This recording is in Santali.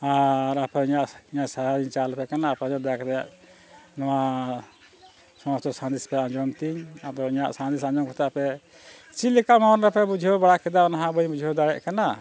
ᱟᱨ ᱟᱯᱮ ᱤᱧᱟᱹᱜ ᱤᱧᱟᱹᱜ ᱥᱟᱨᱦᱟᱣ ᱤᱧ ᱪᱟᱞᱟᱯᱮ ᱠᱟᱱᱟ ᱟᱯᱮᱦᱚᱸ ᱫᱟᱭᱟ ᱠᱟᱛᱮᱫ ᱱᱚᱣᱟ ᱥᱚᱢᱚᱥᱛᱚ ᱥᱟᱸᱫᱮᱥ ᱯᱮ ᱟᱸᱡᱚᱢ ᱛᱤᱧ ᱟᱫᱚ ᱤᱧᱟᱹᱜ ᱥᱟᱸᱫᱮᱥ ᱟᱸᱡᱚᱢ ᱠᱟᱛᱮᱫ ᱟᱯᱮ ᱪᱮᱫ ᱞᱮᱠᱟ ᱢᱚᱱ ᱨᱮᱯᱮ ᱵᱩᱡᱷᱟᱹᱣ ᱵᱟᱲᱟ ᱠᱮᱫᱟ ᱚᱱᱟ ᱦᱚᱸ ᱵᱟᱹᱧ ᱵᱩᱡᱷᱟᱹᱣ ᱫᱟᱲᱮᱭᱟᱜ ᱠᱟᱱᱟ